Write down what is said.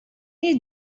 you